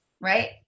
Right